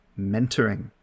Mentoring